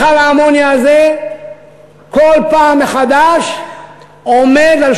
מכל האמוניה הזה כל פעם מחדש עומד על